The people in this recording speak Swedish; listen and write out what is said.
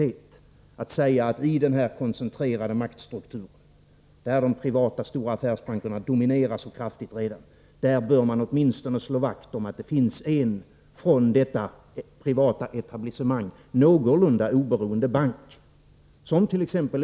Det hade varit logiskt att säga att man i denna koncentrerade maktstruktur — där de privata stora affärsbankerna redan dominerar mycket kraftigt — åtminstone bör slå vakt om att det skall finnas en av detta privata etablissemang någorlunda oberoende bank, somt.ex.